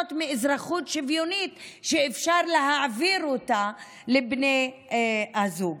ליהנות מאזרחות שוויונית שאפשר להעביר אותה לבני הזוג.